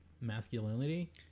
masculinity